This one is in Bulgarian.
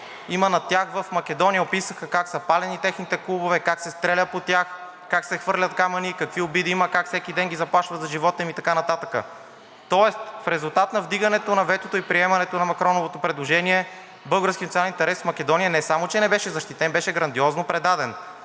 има над тях в Македония. Описаха как са палени техните клубове, как се стреля по тях, как се хвърлят камъни и какви обиди има, как всеки ден ги заплашват за живота им и така нататък. Тоест в резултат на вдигането на ветото и приемането на Макроновото предложение българският национален интерес в Македония не само че не беше защитен, беше грандиозно предаден.